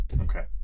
Okay